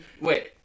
Wait